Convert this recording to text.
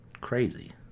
crazy